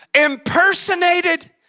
impersonated